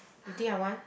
you think I want